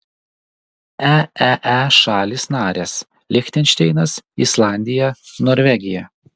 eee šalys narės lichtenšteinas islandija norvegija